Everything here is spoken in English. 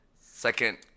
second